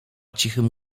cichym